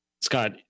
scott